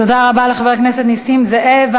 תודה רבה לחבר הכנסת נסים זאב.